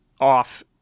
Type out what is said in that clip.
off